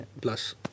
Plus